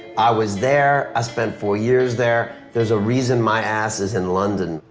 i was there, i spent four years there. there's a reason my ass is in london.